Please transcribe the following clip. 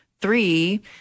three